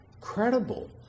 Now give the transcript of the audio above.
credible